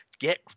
Get